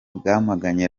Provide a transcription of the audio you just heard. bwamaganye